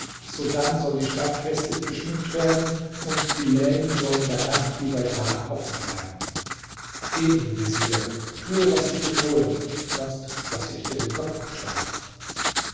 sodann soll die stadt festlich geschmückt werden und die läden sollen bei nacht wie bei tag offen bleiben geh nun vezier tue was ich befohlen sonst lasse ich dir den kopf abschlagen